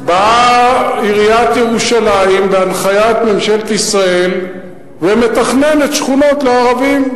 באה עיריית ירושלים בהנחיית ממשלת ישראל ומתכננת שכונות לערבים.